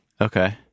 Okay